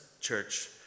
church